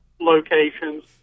locations